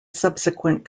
subsequent